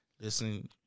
Listen